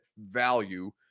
value